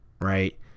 right